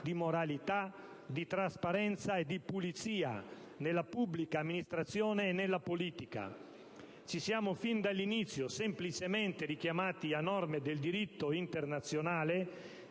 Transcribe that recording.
di moralità, di trasparenza e di pulizia nella pubblica amministrazione e nella politica. Ci siamo fin dall'inizio semplicemente richiamati a norme del diritto internazionale,